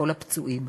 לכל הפצועים.